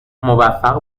موفق